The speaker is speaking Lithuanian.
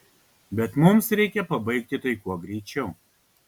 bet mums reikia pabaigti tai kuo greičiau